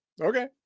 okay